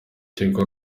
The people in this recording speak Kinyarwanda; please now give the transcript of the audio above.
tigo